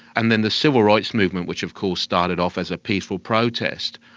and then the civil rights movement, which of course started off as a peaceful protest,